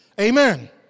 Amen